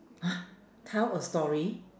tell a story